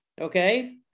Okay